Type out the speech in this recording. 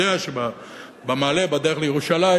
יודע שבמעלה הדרך לירושלים